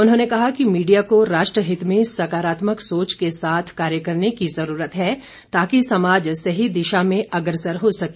उन्होंने कहा कि मीडिया को राष्ट्रहित में सकारात्मक सोच के साथ कार्य करने की जरूरत है ताकि समाज सही दिशा में अग्रसर हो सके